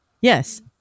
yes